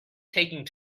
taking